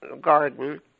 garden